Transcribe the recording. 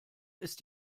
ist